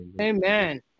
amen